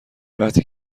وقتی